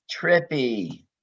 Trippy